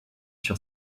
sur